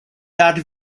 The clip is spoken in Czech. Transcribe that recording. dát